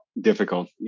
difficult